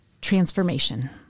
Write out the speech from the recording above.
transformation